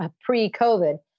pre-COVID